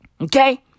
Okay